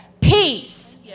Peace